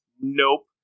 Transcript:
Nope